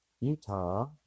Utah